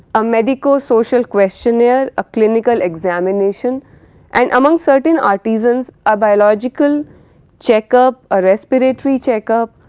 a medico-social questionnaire, a clinical examination and among certain artisans, a biological checkup, a respiratory checkup,